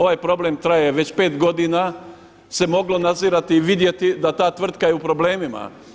Ovaj problem traje već pet godina se moglo nadzirati, vidjeti da ta tvrtka je u problemima.